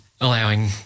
allowing